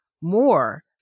more